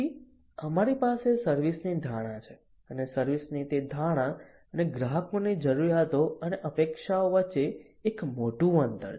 પછી અમારી પાસે સર્વિસ ની ધારણા છે અને સર્વિસ ની તે ધારણા અને ગ્રાહકોની જરૂરિયાતો અને અપેક્ષાઓ વચ્ચે એક મોટું અંતર છે